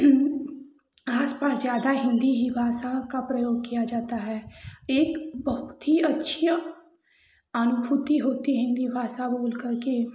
इनमें आस पास ज़्यादा हिन्दी ही वार्ता का प्रयोग किया जाता है एक बहुत ही अच्छियाँ अनुभूति होती है हिन्दी भाषा बोल करके